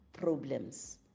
problems